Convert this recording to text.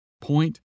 Point